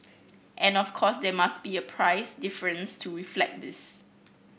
and of course there must be a price difference to reflect this